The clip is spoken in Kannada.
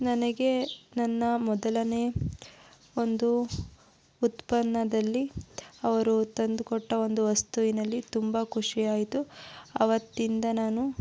ನನಗೆ ನನ್ನ ಮೊದಲನೇ ಒಂದು ಉತ್ಪನ್ನದಲ್ಲಿ ಅವರು ತಂದುಕೊಟ್ಟ ಒಂದು ವಸ್ತುವಿನಲ್ಲಿ ತುಂಬ ಖುಷಿಯಾಯಿತು ಆವತ್ತಿಂದ ನಾನು